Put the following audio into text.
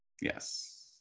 yes